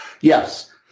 Yes